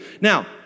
Now